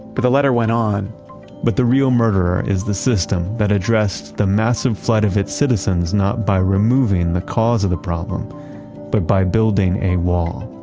but the letter went on but the real murderer is the system that addressed the massive flood of it's citizens not by removing the cause of the problem but by building a wall.